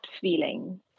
feeling